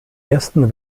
ersten